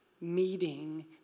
meeting